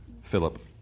Philip